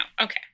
Okay